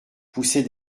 poussait